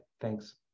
Thanks